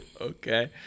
Okay